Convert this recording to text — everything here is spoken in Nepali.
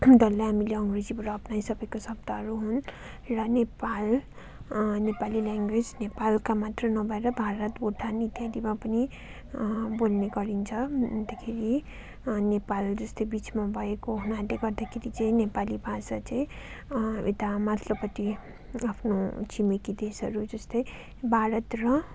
डल्लै हामीले अङ्ग्रेजीबाट अप्नाइसकेको शब्दहरू हुन् र नेपाल नेपाली ल्याङ्गवेज नेपालका मात्र नभएर भारत भुटान इत्यादिमा पनि बोल्ने गरिन्छ अन्तखेरि नेपाल जस्तै बिचमा भएको हुनाले गर्दाखेरि चाहिँ नेपाली भाषा चाहिँ यता माथिल्लोपट्टि आफ्नो छिमेकी देशहरू जस्तै भारत र